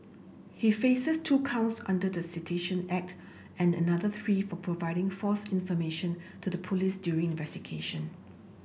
he faces two counts under the Sedition Act and another three for providing false information to the police during investigation